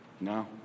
No